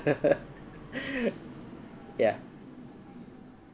ya